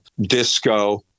disco